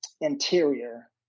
interior